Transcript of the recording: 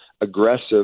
aggressive